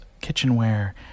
kitchenware